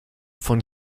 von